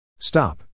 Stop